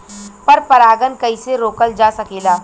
पर परागन कइसे रोकल जा सकेला?